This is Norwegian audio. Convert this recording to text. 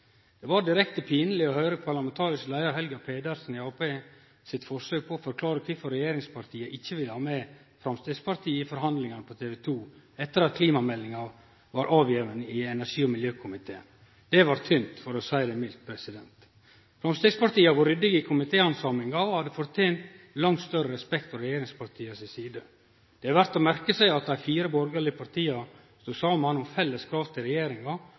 Det var direkte pinleg å høyre parlamentarisk leiar Helga Pedersen frå Arbeiderpartiet på TV 2 etter at klimameldinga var lagd fram av energi- og miljøkomiteen, og hennar forsøk på å forklare kvifor regjeringspartia ikkje ville ha med Framstegspartiet i forhandlingane. Det var tynt, for å seie det mildt. Framstegspartiet har vore ryddig i komitéhandsaminga og hadde fortent langt større respekt frå regjeringspartia si side. Det er verdt å merke seg at dei fire borgarlege partia stod saman om felles krav til regjeringa